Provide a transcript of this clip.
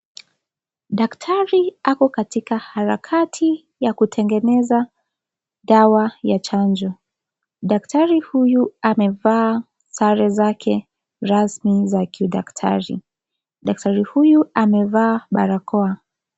Daktari ako katika harakati ya kutengeneza dawa ya chanjo. Daktari amevaa sare zake rasmi za kidaktari. Daktari huyu amevaa barakoa.